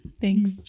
Thanks